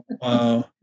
wow